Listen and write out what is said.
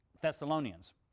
Thessalonians